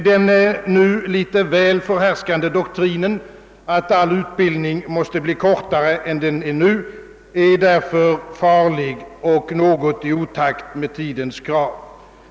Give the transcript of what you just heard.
Den nu litet väl förhärskande doktrinen, att all utbildning måste bli kortare än den för närvarande är, är därför farlig och något i otakt med tidens krav.